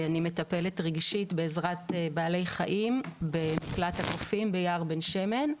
אני מטפלת רגשית בעזרת בעלי חיים במקלט הקופים ביער בן שמן.